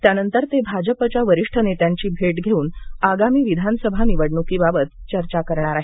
त्यांनतर ते भाजपच्या वरिष्ठ नेत्यांची भेट घेऊन आगामी विधानसभा निवडणुकीबाबत चर्चा करणार आहेत